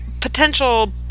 potential